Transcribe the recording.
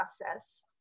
process